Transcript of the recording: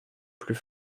plus